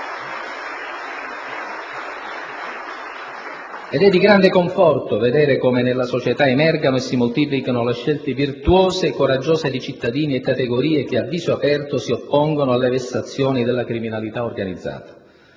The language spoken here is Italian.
È di grande conforto vedere come nella società emergano e si moltiplichino le scelte virtuose e coraggiose di cittadini e categorie che, a viso aperto, si oppongono alle vessazioni della criminalità organizzata.